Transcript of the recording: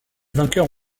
vainqueurs